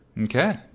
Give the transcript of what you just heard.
Okay